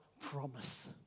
promise